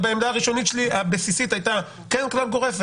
העמדה הבסיסית שלי הייתה כן כלל גורף,